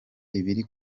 ibiri